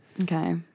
Okay